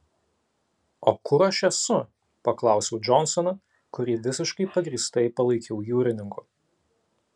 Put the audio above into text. o kur aš esu paklausiau džonsoną kurį visiškai pagrįstai palaikiau jūrininku